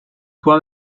toi